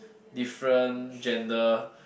different gender